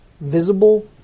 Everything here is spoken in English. visible